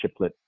chiplet